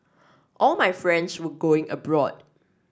all my friends were going abroad